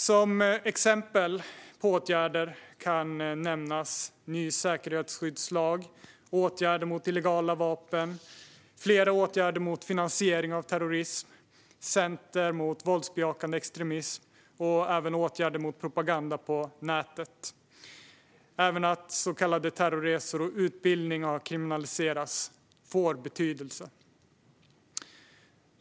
Som exempel på åtgärder kan nämnas ny säkerhetsskyddslag, åtgärder mot illegala vapen, flera åtgärder mot finansiering av terrorism, inrättande av Center mot våldsbejakande extremism och åtgärder mot propaganda på nätet. Att även så kallade terrorresor och terrorutbildning har kriminaliserats har betydelse.